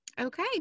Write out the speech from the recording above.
okay